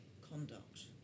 conduct